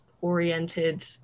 oriented